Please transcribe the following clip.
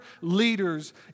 leaders